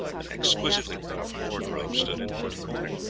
an exquisitely carved wardrobe stood in one corner.